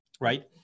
right